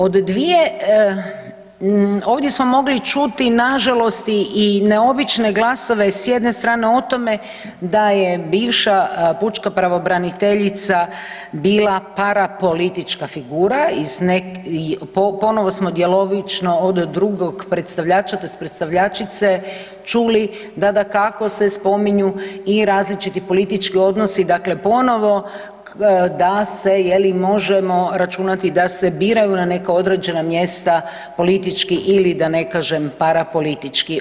Od dvije, ovdje smo mogli čuti i nažalost i neobične glasove s jedne strane o tome da je bivša pučka pravobraniteljica bila parapolitička figura iz, ponovo smo djelomično od drugog predstavlja tj. predstavljačice čuli da dakako se spominju i različiti politički odnosi, dakle ponovo da se je li možemo računati da se biraju na neka određena mjesta politički ili da ne kažem parapolitički.